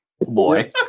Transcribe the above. boy